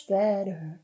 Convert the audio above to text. better